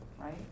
right